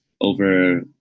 over